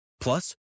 Plus